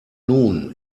nun